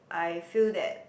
I feel that